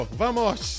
vamos